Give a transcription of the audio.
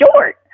short